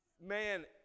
man